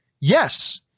yes